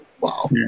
Wow